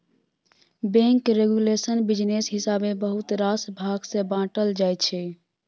bank regulation business हिसाबेँ बहुत रास भाग मे बाँटल जाइ छै